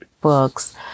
books